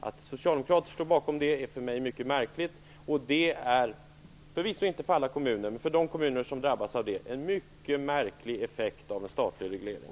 Att socialdemokrater står bakom det är för mig mycket märkligt, och det är, förvisso inte för alla kommuner, men för de kommuner som drabbas av det, en mycket märklig effekt av en statlig reglering.